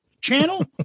channel